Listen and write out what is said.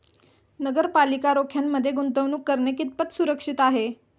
नगरपालिका रोख्यांमध्ये गुंतवणूक करणे कितपत सुरक्षित आहे?